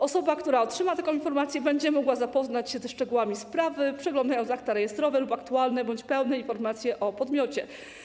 Osoba, która otrzyma taką informację, będzie mogła zapoznać się ze szczegółami sprawy, przeglądając akta rejestrowe lub aktualne bądź pełne informacje o podmiocie.